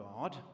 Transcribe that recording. God